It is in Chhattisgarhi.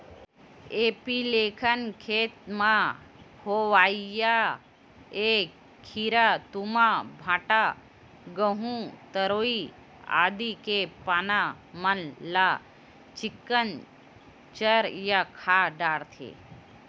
एपीलेकना खेत म होवइया ऐ कीरा तुमा, भांटा, गहूँ, तरोई आदि के पाना मन ल चिक्कन चर या खा डरथे